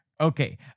Okay